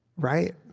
right?